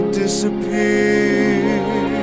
disappear